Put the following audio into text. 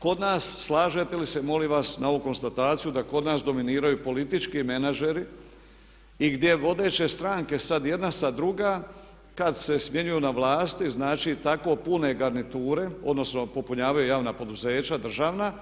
Kod nas slažete li ste molim vas na ovu konstataciju da kod nas dominiraju politički menadžeri i gdje vodeće stranke sad jedna sad druga kad se smjenjuju na vlasti i znači tako pune garniture, odnosno popunjavaju javna poduzeća, državna